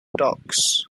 docs